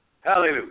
Hallelujah